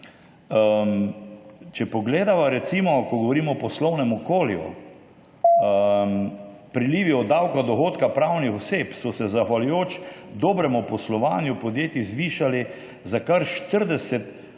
Če pogledava recimo, ko govorimo o poslovnem okolju, prilivi od davka od dohodka pravnih oseb so se, zahvaljujoč dobremu poslovanju podjetij, zvišali za kar 40,